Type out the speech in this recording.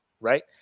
right